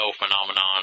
phenomenon